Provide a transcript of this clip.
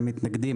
הם מתנגדים.